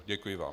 Děkuji vám.